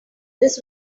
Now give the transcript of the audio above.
this